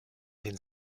den